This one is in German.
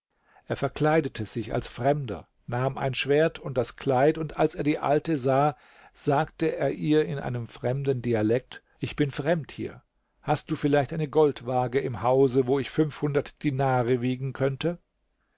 er verkleidete sich als fremder nahm ein schwert und das kleid und als er die alte sah sagte er ihr in einem fremden dialekt ich bin fremd hier hast du vielleicht eine goldwaage im hause wo ich dinare wiegen könnte